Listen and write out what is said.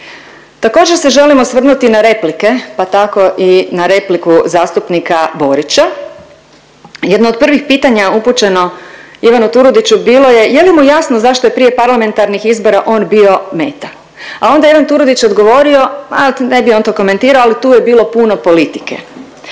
Također se želim osvrnuti na replike, pa tako i na repliku zastupnika Borića. Jedno od prvih pitanja upućeno Ivanu Turudiću bilo je je li mu jasno zašto je prije parlamentarnih izbora on bio meta, a onda je Ivan Turudić odgovorio, ma ne bi on to komentirao, ali tu je bilo puno politike.